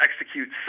execute